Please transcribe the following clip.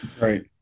Right